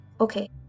Okay